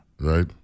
right